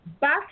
back